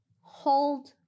hold